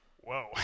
Whoa